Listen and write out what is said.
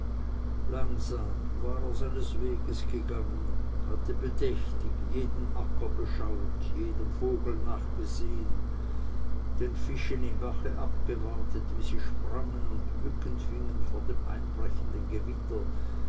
langsam war er seines weges gegangen hatte bedächtig jeden acker beschauet jedem vogel nachgesehen den fischen im bache abgewartet wie sie sprangen und mücken fingen vor dem einbrechenden gewitter